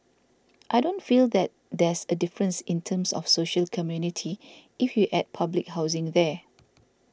I don't feel that there's a difference in terms of social community if you add public housing there